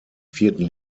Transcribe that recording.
vierten